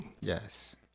Yes